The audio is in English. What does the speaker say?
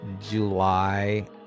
July